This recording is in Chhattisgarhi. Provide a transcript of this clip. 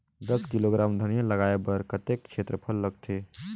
दस किलोग्राम धनिया लगाय बर कतेक क्षेत्रफल लगथे?